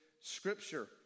Scripture